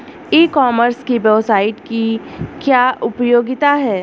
ई commerce की website की क्या उपयोगिता है?